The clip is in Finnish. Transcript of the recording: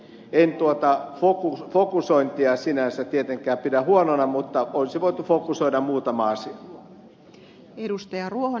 en tuota fokusointia sinänsä tietenkään pidä huonona mutta olisi voitu fokusoida muutama asia